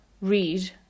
read